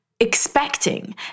Expecting